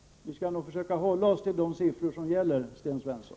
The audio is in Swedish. Vi skall försöka att hålla oss till de siffror som gäller, Sten Svensson.